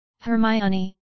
Hermione